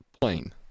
plane